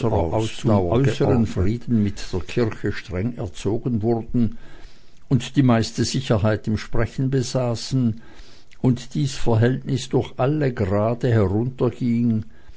frieden mit der kirche streng erzogen wurden und die meiste sicherheit im sprechen besaßen und dies verhältnis durch alle grade